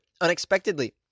unexpectedly